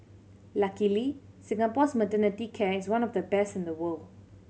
luckily Singapore's maternity care is one of the best in the world